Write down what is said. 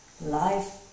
life